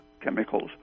chemicals